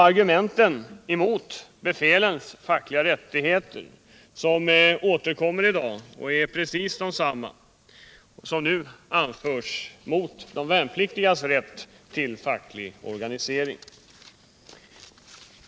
Argumenten mot befälens fackliga rättigheter var precis desamma som de som nu anförs mot de värnpliktigas rätt till facklig organisering.